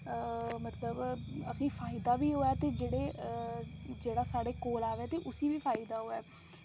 मतलब की असेंगी फायदा बी होऐ ते जेह्ड़ा साढ़े कोल आवै ते उसी बी फायदा होऐ